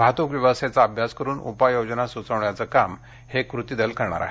वाहतूक व्यवस्थेचा अभ्यास करून उपाययोजना सुचवण्याचं काम हे कृतीदल करणार आहे